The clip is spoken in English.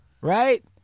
Right